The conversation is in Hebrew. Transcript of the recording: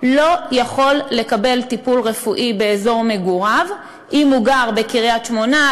לא יכול לקבל טיפול רפואי באזור מגוריו אם הוא גר בקריית-שמונה,